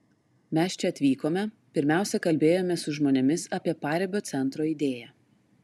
mes čia atvykome pirmiausia kalbėjomės su žmonėmis apie paribio centro idėją